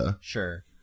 Sure